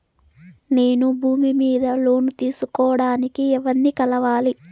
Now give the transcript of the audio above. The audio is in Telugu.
నేను భూమి మీద లోను తీసుకోడానికి ఎవర్ని కలవాలి?